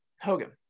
Hogan